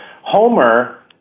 Homer